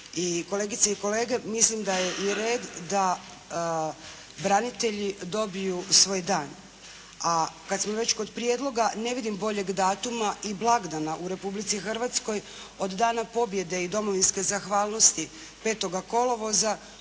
Kolegice i kolege, mislim da je i red da branitelji dobiju svoj dan. A kad smo već kod prijedloga ne vidim boljeg datuma i blagdana u Republici Hrvatskoj od dana pobjede i Domovinske zahvalnosti 5. kolovoza